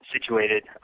situated